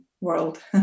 world